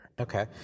Okay